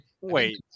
Wait